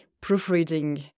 proofreading